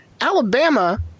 Alabama